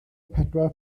pedwar